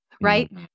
Right